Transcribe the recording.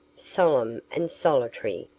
solemn and solitary,